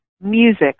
music